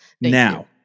Now